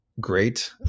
great